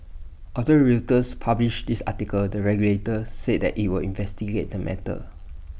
after Reuters published this article the regulator said that IT would investigate the matter